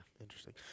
Interesting